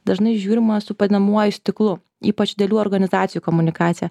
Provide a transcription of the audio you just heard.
dažnai žiūrima su padidinamuoju stiklu ypač didelių organizacijų komunikacija